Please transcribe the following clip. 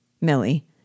Millie